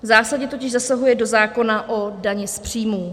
Zásadně totiž zasahuje do zákona o dani z příjmů.